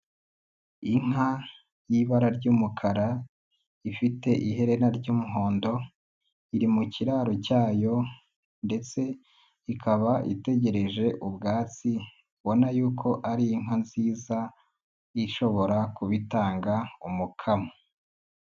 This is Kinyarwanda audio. Inka y'ibara ry'umukara ifite iherena ry'umuhondo, iri mu kiraro cyayo ndetse ikaba itegereje ubwatsi, ubona yuko ari inka nziza ishobora kuba itanga umukamo.